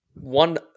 One